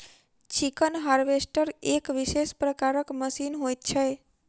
chicken harvester एक विशेष प्रकारक मशीन होइत छै